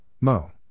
Mo